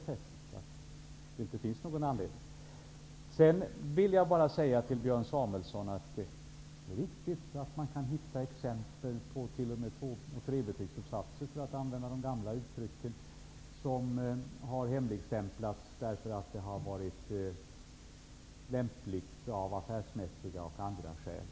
Sedan vill jag bara säga till Björn Samuelson att det är riktigt att man kan hitta exempel på t.o.m. tvåoch trebetygsuppsatser, för att använda de gamla uttrycken, som har hemligstämplats därför att det har varit lämpligt av affärsmässiga och andra skäl.